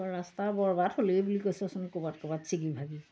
ৰাস্তা বৰবাদ হ'লেই বুলি কৈছেচোন ক'ৰবাত ক'ৰবাত চিগি ভাগি